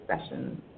sessions